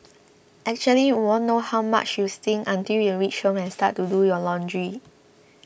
actually you won't know how much you stink until you reach home and start to do your laundry